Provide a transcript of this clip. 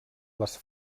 les